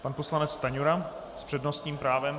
Pan poslanec Stanjura s přednostním právem.